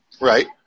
Right